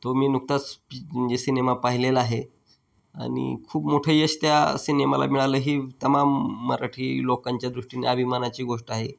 तो मी नुकताच जे सिनेमा पाहिलेला आहे आणि खूप मोठं यश त्या सिनेमाला मिळालं ही तमाम मराठी लोकांच्या दृष्टीने अभिमानाची गोष्ट आहे